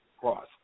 Cross